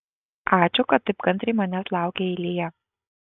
ačiū kad taip kantriai manęs laukei eilėje